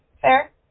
Fair